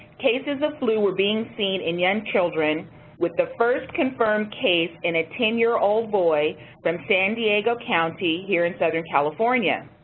cases of flu were being seen in young children with the first confirmed case in a ten year old boy from san diego county here in southern california.